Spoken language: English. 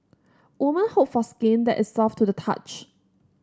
woman hope for skin that is soft to the touch